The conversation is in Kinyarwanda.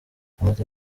amaze